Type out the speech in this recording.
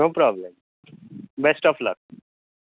no problem best of luck